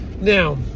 now